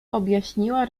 objaśniła